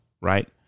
right